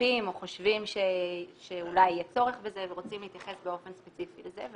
מצפים או חושבים שאולי יהיה צורך בזה ורוצים להתייחס באופן ספציפי לזה.